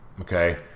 Okay